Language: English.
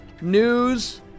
news